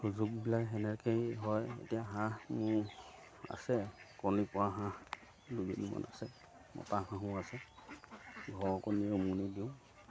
জোখবিলাই সেনেকৈয়ে হয় এতিয়া হাঁহ মোৰ আছে কণী পৰা হাঁহ দহজনিমান আছে মতা হাঁহো আছে ঘৰৰ কণী উমনি দিওঁ